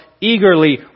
eagerly